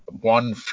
one